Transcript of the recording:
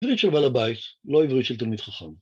עברית של בעל הבית, לא עברית של תלמיד חכם.